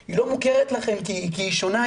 היא לא מוכרת לכם כי היא שונה,